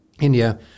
India